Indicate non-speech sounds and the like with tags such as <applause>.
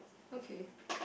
okay <breath>